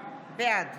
בעד